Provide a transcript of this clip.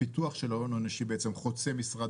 הפיתוח של ההון האנושי חוצה משרד,